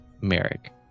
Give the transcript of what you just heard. Merrick